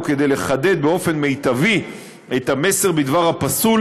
וכדי לחדד באופן מיטבי את המסר בדבר הפסול